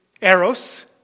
eros